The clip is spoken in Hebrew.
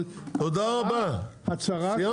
אבל הצרה --- תודה רבה, סיימת.